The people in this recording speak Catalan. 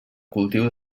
cultiu